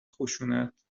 خشونت